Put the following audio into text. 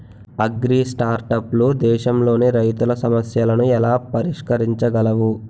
అగ్రిస్టార్టప్లు దేశంలోని రైతుల సమస్యలను ఎలా పరిష్కరించగలవు?